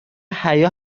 حیا